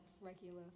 regular